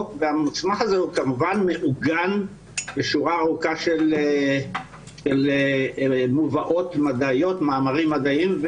והמסמך הזה הוא כמובן מעוגן בשורה ארוכה של מובאות מדעיות ומאמרים מדעיים.